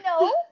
No